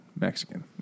Mexican